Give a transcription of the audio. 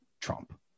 trump